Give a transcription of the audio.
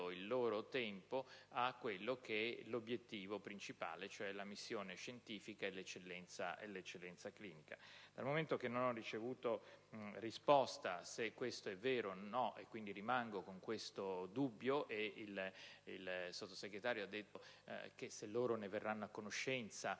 il loro tempo da quello che è l'obiettivo principale, cioè la missione scientifica e l'eccellenza clinica. Dal momento che non ho ricevuto risposta se questo sia vero o no, e quindi rimango con questo dubbio (la Sottosegretario ha detto che se loro ne verranno a conoscenza